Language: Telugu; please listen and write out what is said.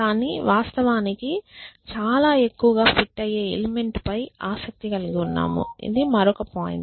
కానీ వాస్తవానికి చాలా ఎక్కువగా ఫిట్ అయ్యే ఎలిమెంట్పై ఆసక్తి కలిగి ఉన్నాము అది మరొక పాయింట్